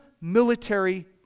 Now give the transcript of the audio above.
military